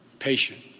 patient.